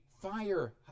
fire